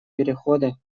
перехода